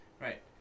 right